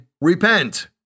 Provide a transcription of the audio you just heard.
repent